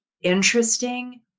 interesting